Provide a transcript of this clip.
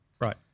Right